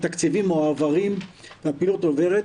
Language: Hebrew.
התקציבים מועברים והפעילות עוברת,